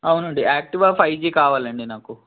అవునండి Activa five G కావాలండి నాకు